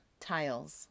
tiles